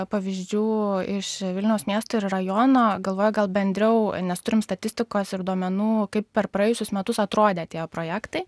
pavyzdžių iš vilniaus miesto ir rajono galvoju gal bendriau nes turim statistikos ir duomenų kaip per praėjusius metus atrodė tie projektai